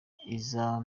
iza